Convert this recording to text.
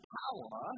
power